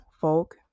folk